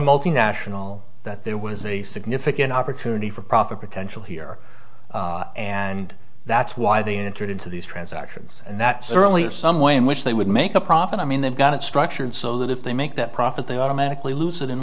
multinational that there was a significant opportunity for profit potential here and that's why they entered into these transactions and that certainly some way in which they would make a profit i mean they've got it structured so that if they make that profit they automatically lose it in